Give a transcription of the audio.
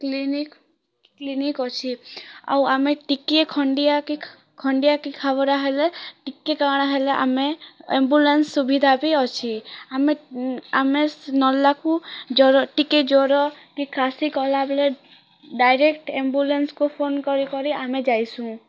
clinic clinic ଅଛି ଆଉ ଆମେ ଟିକେ ଖଣ୍ଡିଆ କି ଖଣ୍ଡିଆ କି ଖାବରା ହେଲେ ଟିକେ କ'ଣ ହେଲେ ଆମେ ଆମ୍ବୁଲାନ୍ସ୍ ସୁବିଧା ବି ଅଛି ଆମେ ଆମେ ନର୍ଲାକୁ ଜ୍ଵର ଟିକେ ଜ୍ଵର କି କାଶି କଲାବେଳେ ଡାଇରେକ୍ଟ୍ ଆମ୍ବୁଲାନ୍ସ୍କୁ ଫୋନ୍ କରି କରି ଆମେ ଯାଇସୁଁ